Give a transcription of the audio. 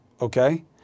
okay